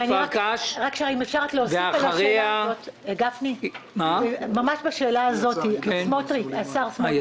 רק אם אפשר להוסיף על השאלה הזאת: השר סמוטריץ',